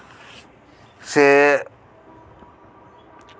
ᱥᱮ